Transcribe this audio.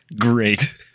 Great